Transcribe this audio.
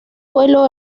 vuelo